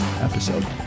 episode